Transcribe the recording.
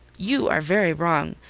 you are very wrong.